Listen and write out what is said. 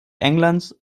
englands